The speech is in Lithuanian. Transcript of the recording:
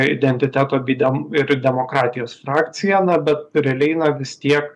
identiteto bidem ir demokratijos frakcija na bet realiai na vis tiek